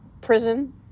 prison